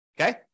Okay